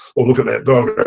or look at that dog.